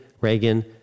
Reagan